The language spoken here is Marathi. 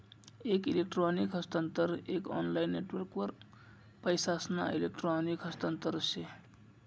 एक इलेक्ट्रॉनिक हस्तांतरण एक ऑनलाईन नेटवर्कवर पैसासना इलेक्ट्रॉनिक हस्तांतरण से